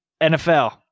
NFL